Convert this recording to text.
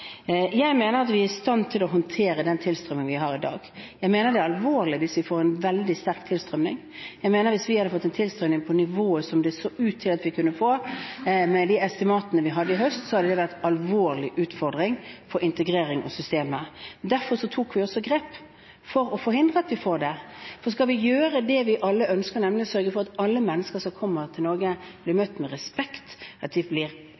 Jeg mener at vi er i stand til å håndtere den tilstrømningen vi har i dag. Jeg mener det er alvorlig hvis vi får en veldig sterk tilstrømning. Jeg mener at hvis vi hadde fått en tilstrømning på det nivået som det så ut til at vi kunne få, med de estimatene vi hadde i høst, så hadde det vært en alvorlig utfordring for integreringen og systemet. Derfor tok vi også grep for å forhindre at vi får det. Skal vi gjøre det vi alle ønsker, nemlig sørge for at alle mennesker som kommer til Norge, blir møtt med respekt, at de blir